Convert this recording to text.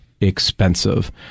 expensive